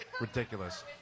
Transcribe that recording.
Ridiculous